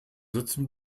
sitzen